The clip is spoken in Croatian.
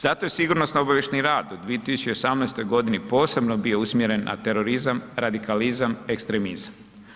Zato je sigurno obavještajni rad u 2018.g. posebno bio usmjeren na terorizam, radikalizam, ekstremizam.